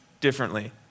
differently